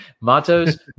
Matos